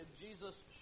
Jesus